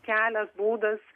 kelias būdas